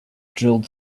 drilled